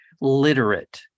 literate